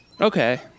Okay